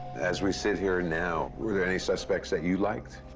as we sit here now, were there any suspects that you liked?